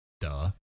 Duh